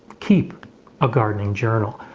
keep a gardening journal.